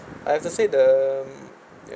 I have to say the